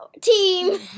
team